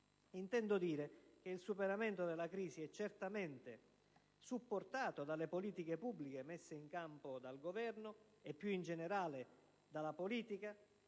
intendo dire che il superamento della crisi è certamente supportato dalle politiche pubbliche messe in campo dal Governo e più in generale dalla politica,